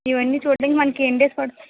ఇవన్నీ చూడడానికి మనకి ఎన్ని డేస్ పడు